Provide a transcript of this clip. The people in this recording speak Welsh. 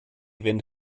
fynd